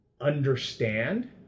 understand